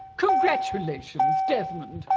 congratulations, desmond!